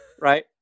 right